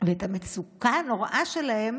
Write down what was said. ואת המצוקה הנוראה שלהם